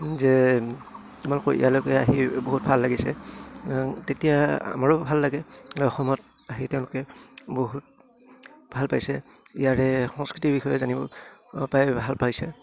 যে তোমালোকৰ ইয়ালৈকে আহি বহুত ভাল লাগিছে তেতিয়া আমাৰো ভাল লাগে অসমত আহি তেওঁলোকে বহুত ভাল পাইছে ইয়াৰে সংস্কৃতিৰ বিষয়ে জানিব পাই ভাল পাইছে